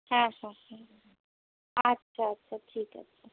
হ্যাঁ হ্যাঁ হুম আচ্ছা আচ্ছা ঠিক আছে